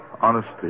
Honesty